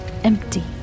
empty